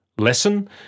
Lesson